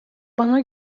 bana